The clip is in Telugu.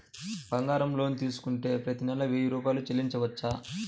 బంగారం లోన్ తీసుకుంటే ప్రతి నెల వెయ్యి రూపాయలు చెల్లించవచ్చా?